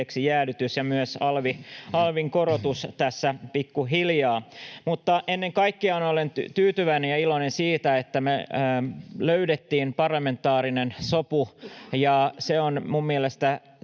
indeksijäädytys ja myös alvin korotus tässä pikkuhiljaa. Mutta ennen kaikkea olen tyytyväinen ja iloinen siitä, että me löydettiin parlamentaarinen sopu, ja se on minun mielestäni